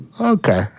Okay